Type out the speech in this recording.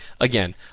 Again